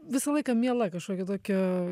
visą laiką miela kažkokia tokia